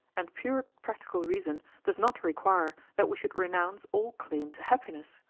and pure practical reason does not require that we should renounce all claim to happiness,